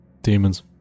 Demons